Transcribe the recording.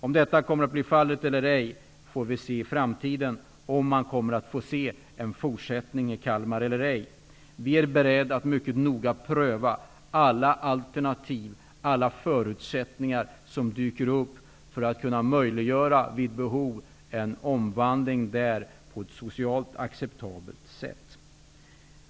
Om detta kommer att bli fallet eller ej -- om vi får se en fortsättning i Kalmar eller ej -- får vi se i framtiden. Vi är beredda att mycket noga pröva alla alternativ och alla förutsättningar som dyker upp, för att vid behov möjliggöra en omvandling där på ett socialt acceptabelt sätt.